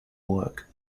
work